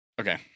Okay